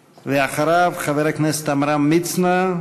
ואחריו, חבר הכנסת עמרם מצנע.